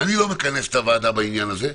אני לא מכנס את הוועדה בעניין הזה.